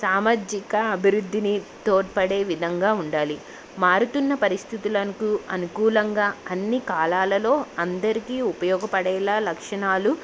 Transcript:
సామాజిక అభివృద్ధిని తోడ్పడే విధంగా ఉండాలి మారుతున్న పరిస్థితులకు అనుకూలంగా అన్ని కాలాలలో అందరికీ ఉపయోగపడేలా లక్షణాలు